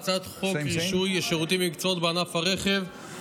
הצעת חוק רישוי שירותים ומקצועות בענף הרכב (תיקון מס'